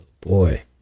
boy